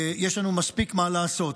יש לנו מספיק מה לעשות.